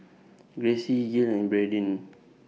Gracie Gil and Bradyn